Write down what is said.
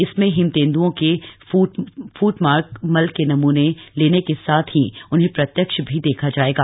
इसमें हिम तेंद्ओं के फ्टमार्कए मल के नमूने लेने के साथ ही उन्हें प्रत्यक्ष भी देखा जाएगा